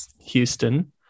Houston